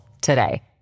today